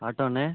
auto அண்ணே